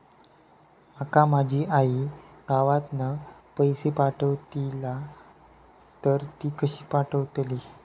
माका माझी आई गावातना पैसे पाठवतीला तर ती कशी पाठवतली?